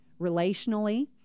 relationally